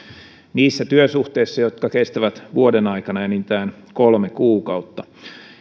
niissä työsuhteissa jotka kestävät vuoden aikana enintään kolme kuukautta